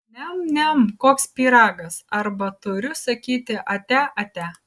niam niam koks pyragas arba turiu sakyti ate ate